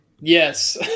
Yes